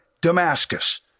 Damascus